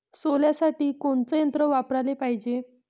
सोल्यासाठी कोनचं यंत्र वापराले पायजे?